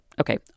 Okay